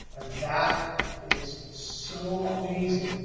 and that is so amazing.